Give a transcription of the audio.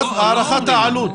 הערכת העלות.